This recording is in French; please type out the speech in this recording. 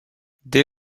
dès